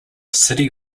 city